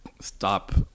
stop